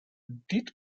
did